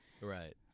Right